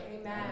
Amen